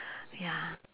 ya